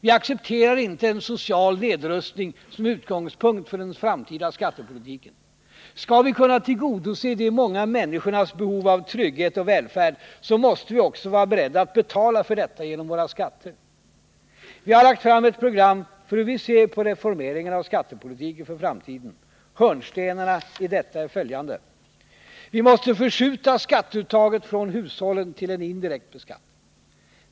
Vi accepterar inte en social nedrustning som utgångspunkt för den framtida skattepolitiken. Skall vi kunna tillgodose de många människornas behov av trygghet och välfärd, måste vi också vara beredda att betala för detta genom våra skatter. Vi har lagt fram ett program för hur vi ser på reformeringen av skattepolitiken i framtiden. Hörnstenarna i detta är följande: Vi måste förskjuta skatteuttaget från hushållen till en indirekt beskattning.